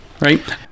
right